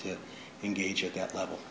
to engage at that level